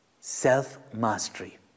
self-mastery